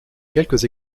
quelques